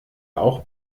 auch